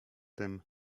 tym